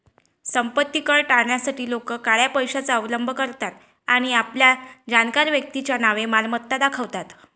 संपत्ती कर टाळण्यासाठी लोक काळ्या पैशाचा अवलंब करतात आणि आपल्या जाणकार व्यक्तीच्या नावे मालमत्ता दाखवतात